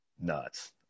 nuts